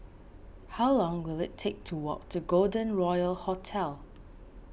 how long will it take to walk to Golden Royal Hotel